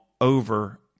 over